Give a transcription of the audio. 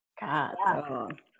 God